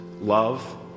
love